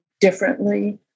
differently